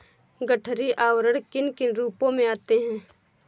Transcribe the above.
गठरी आवरण किन किन रूपों में आते हैं?